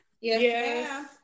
Yes